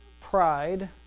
pride